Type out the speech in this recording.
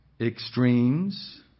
extremes